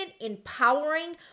empowering